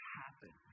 happen